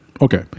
Okay